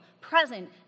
present